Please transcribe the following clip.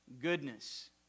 goodness